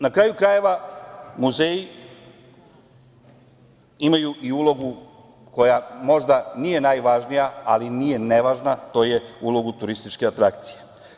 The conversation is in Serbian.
Na kraju krajeva, muzeji imaju i ulogu koja možda nije najvažnija, ali nije nevažna, a to je ulogu turističke atrakcije.